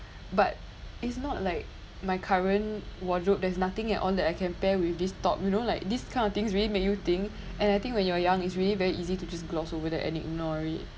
but it's not like my current wardrobe there's nothing at all that I can pair with this top you know like this kind of things really make you think and I think when you're young it's really very easy to just gloss over that and ignore it